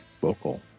vocal